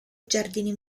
giardini